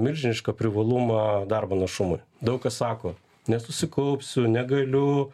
milžinišką privalumą darbo našumui daug kas sako nesusikaupsiu negaliu